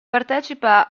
partecipa